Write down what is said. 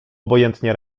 obojętnie